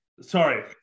Sorry